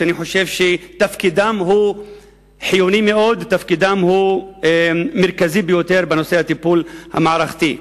שאני חושב שתפקידם הוא חיוני מאוד ומרכזי ביותר בנושא הטיפול המערכתי.